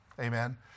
Amen